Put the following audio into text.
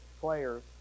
players